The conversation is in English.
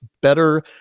better